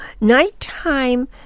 nighttime